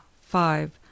five